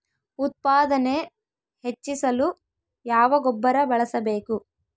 ಉತ್ಪಾದನೆ ಹೆಚ್ಚಿಸಲು ಯಾವ ಗೊಬ್ಬರ ಬಳಸಬೇಕು?